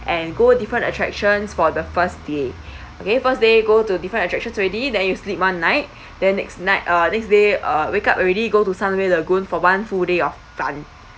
and go different attractions for the first day okay first day go to different attractions already then you sleep one night then next night uh next day uh wake up already go to sunway lagoon for one full day of fun